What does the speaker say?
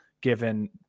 given